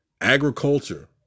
Agriculture